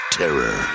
terror